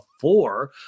four